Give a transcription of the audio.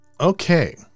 Okay